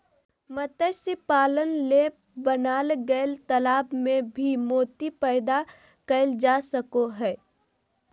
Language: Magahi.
मत्स्य पालन ले बनाल गेल तालाब में भी मोती पैदा कइल जा सको हइ